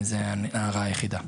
זו ההערה היחידה.